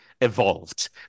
evolved